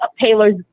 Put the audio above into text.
Taylor's